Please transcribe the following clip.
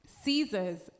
Caesar's